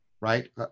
right